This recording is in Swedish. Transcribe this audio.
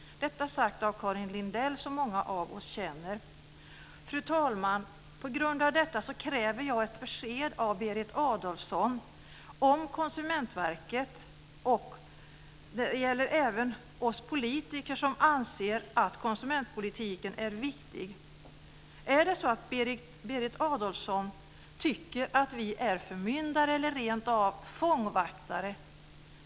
Detta har sagts av Karin Lindell, som många av oss känner. Fru talman! Jag kräver ett besked av Berit Adolfsson om Konsumentverket. Det gäller även oss politiker som anser att konsumentpolitiken är viktig. Tycker Berit Adolfsson att vi är förmyndare eller rentav fångvaktare?